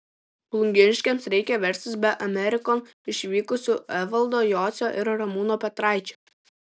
plungiškiams reikia verstis be amerikon išvykusių evaldo jocio ir ramūno petraičio